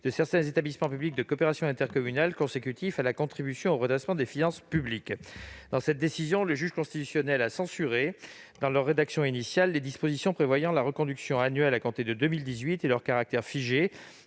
de certains établissements publics de coopération intercommunale consécutifs à la contribution au redressement des finances publiques. Dans cette décision, le juge constitutionnel a censuré, dans leur rédaction initiale, les dispositions prévoyant la reconduction annuelle à compter de 2018 et leur caractère figé,